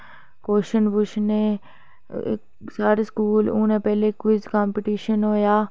question पुच्छने जि'यां साढ़े स्कूल जि'यां पैह्लें क्विज कंपीटिशन होआ